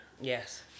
Yes